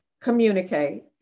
communicate